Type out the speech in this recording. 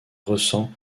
ressent